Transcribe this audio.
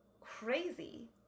crazy